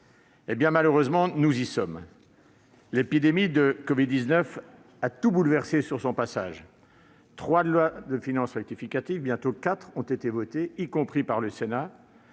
Eh bien, malheureusement, nous y sommes ! L'épidémie de covid-19 a tout bouleversé sur son passage : trois lois de finances rectificatives, bientôt quatre, ont été votées, y compris, en